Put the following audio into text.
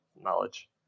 knowledge